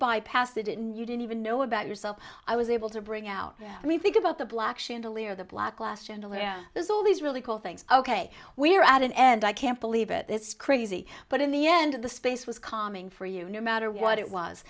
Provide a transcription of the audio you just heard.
bypassed didn't you didn't even know about yourself i was able to bring out we think about the black chandelier the black last gen where there's all these really cool things ok we're at an end i can't believe it this is crazy but in the end of the space was coming for you no matter what it was